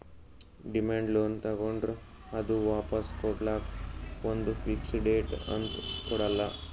demand loan ತಗೋಂಡ್ರ್ ಅದು ವಾಪಾಸ್ ಕೊಡ್ಲಕ್ಕ್ ಒಂದ್ ಫಿಕ್ಸ್ ಡೇಟ್ ಅಂತ್ ಕೊಡಲ್ಲ